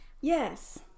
Yes